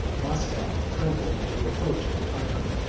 moscow trembled at the approach of the tartar,